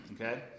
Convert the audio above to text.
Okay